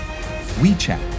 WeChat